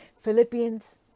Philippians